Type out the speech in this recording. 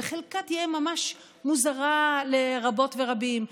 וחלקה תהיה ממש מוזרה לרבות ורבים,